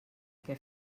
que